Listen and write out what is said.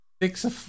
fix-a